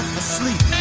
asleep